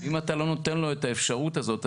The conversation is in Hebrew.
אם אתה לא נותן לו את האפשרות הזאת,